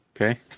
okay